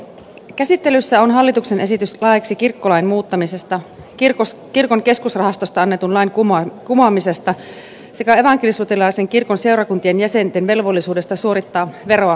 käsittelyssä on hallituksen esitys laeiksi kirkkolain muuttamisesta kirkon keskusrahastosta annetun lain kumoamisesta sekä evankelisluterilaisen kirkon seurakuntien jäsenten velvollisuudesta suorittaa veroa seurakunnalle